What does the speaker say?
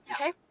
Okay